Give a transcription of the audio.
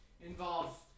involve